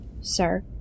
Sir